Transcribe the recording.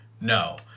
no